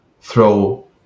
throw